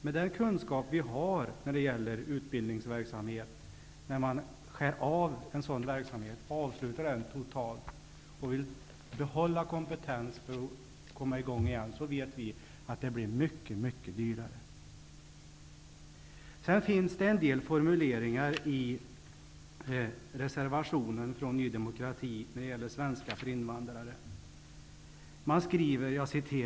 Med den kunskap vi har om utbildningsverksamhet vet vi att när man skär av en sådan verksamhet, avslutar den totalt och ändå vill behålla kompetensen för att komma i gång igen blir det mycket mycket dyrare. Det finns en del formuleringar i reservationen rörande svenska för invandrare från Ny demokrati som jag vill peka på.